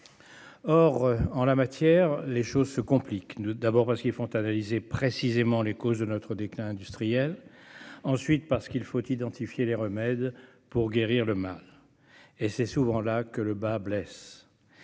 Or, en la matière, les choses se compliquent : d'abord parce qu'il faut analyser précisément les causes de notre déclin industriel, ensuite, parce qu'il faut identifier des remèdes pour guérir le mal-et c'est souvent là que le bât blesse.